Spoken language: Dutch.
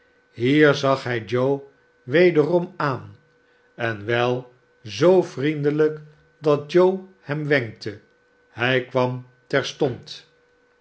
hier zag hij joe wederom aan en wel zoo vriendelijk dat joe hem wenkte hij kwam terstond